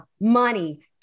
money